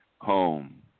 home